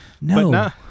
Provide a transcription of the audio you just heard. no